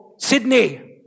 Sydney